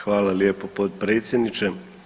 Hvala lijepo potpredsjedniče.